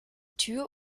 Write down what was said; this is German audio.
tür